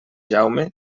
jaume